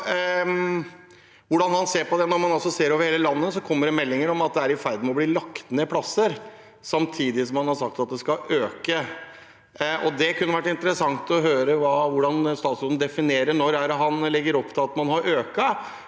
Hvordan ser han på det, når det altså over hele landet kommer meldinger om at det er i ferd med å bli lagt ned plasser, samtidig som man har sagt at det skal øke? Det kunne vært interessant å høre hvordan statsråden definerer det – når er det han legger opp til at man skal øke?